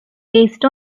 based